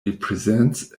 represents